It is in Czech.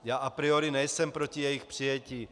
Já a priori nejsem proti jejich přijetí.